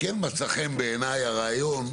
כן מצא חן בעיני הרעיון,